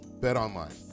BetOnline